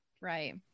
right